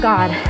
God